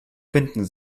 finden